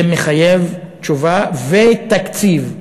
זה מחייב תשובה ותקציב.